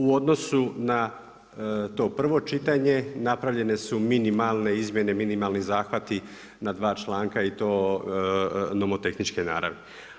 U odnosu na to prvo čitanje napravljene su minimalne izmjene, minimalni zahvati na dva članka i to nomotehničke naravi.